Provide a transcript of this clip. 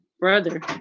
brother